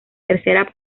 tercera